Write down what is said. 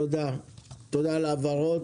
תודה על ההבהרות.